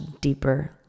deeper